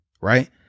right